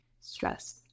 stress